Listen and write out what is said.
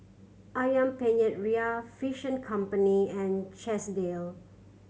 Ayam Penyet Ria Fish and Company and Chesdale